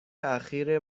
اخیر